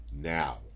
now